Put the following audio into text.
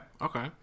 Okay